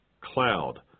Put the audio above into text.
cloud